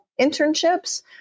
internships